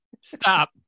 Stop